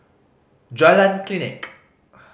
Jalan Klinik